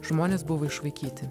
žmonės buvo išvaikyti